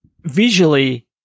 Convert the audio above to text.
visually